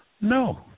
No